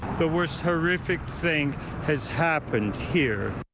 the worst horrific thing has happened here.